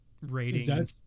rating